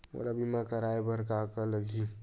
मोला बीमा कराये बर का का लगही?